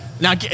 Now